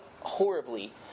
horribly